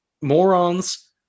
morons